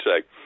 say